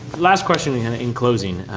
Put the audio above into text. last question we had in closing,